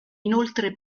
inoltre